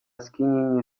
skinienie